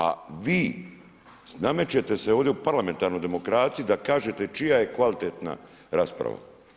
A vi, se namećete se ovdje u parlamentarnoj demokraciji, da kažete čija je kvalitetna rasprava.